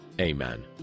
Amen